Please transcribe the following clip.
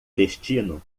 destino